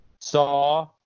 saw